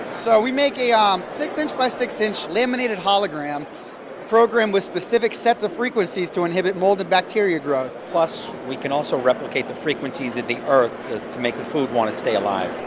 so we make a um six inch by six inch laminated hologram programmed with specific sets of frequencies to inhibit mold and bacteria growth plus, we can also replicate the frequency of the earth to make the food want to stay alive